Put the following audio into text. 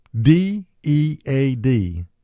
D-E-A-D